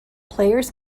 players